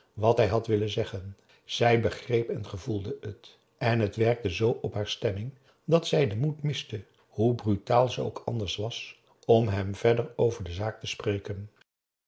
wat hij had willen zeggen zij begreep en gevoelde het en het werkte zoo op haar stemming dat zij den moed miste hoe brup a daum hoe hij raad van indië werd onder ps maurits taal ze ook anders was om hem verder over de zaak te spreken